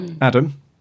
Adam